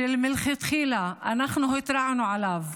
שמלכתחילה אנחנו התרענו עליו,